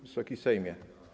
Wysoki Sejmie!